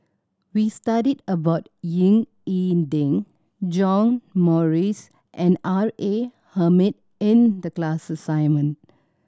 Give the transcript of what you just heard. we studied about Ying E Ding John Morrice and R A Hamid in the class assignment